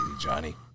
Johnny